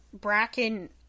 bracken